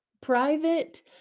private